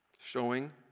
Showing